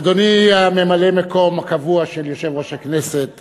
אדוני ממלא-המקום הקבוע של יושב-ראש הכנסת,